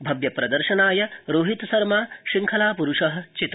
भव्यप्र र्शनाय रोहितशर्मा शृङ्खला प्रुष चित